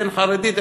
אין חרדית,